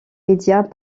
médias